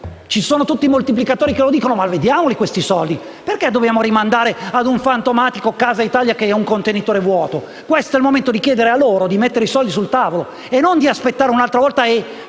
ci sono tutti i moltiplicatori che lo dicono, però vediamoli, questi soldi. Perché dobbiamo rimandare ad un fantomatico progetto Casa Italia che è un contenitore vuoto? Questo è il momento di chiedere loro di mettere i soldi sul tavolo, e non di aspettare un'altra volta e